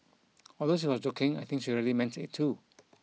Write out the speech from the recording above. although she was joking I think she really meant it too